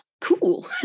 cool